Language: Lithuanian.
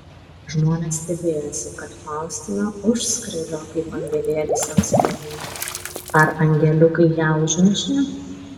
žmonės stebėjosi kad faustina užskrido kaip angelėlis ant sparnų ar angeliukai ją užnešė